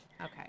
Okay